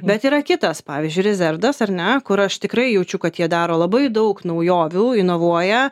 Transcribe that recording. bet yra kitas pavyzdžiui rezervedas ar ne kur aš tikrai jaučiu kad jie daro labai daug naujovių inovuoja